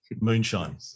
moonshine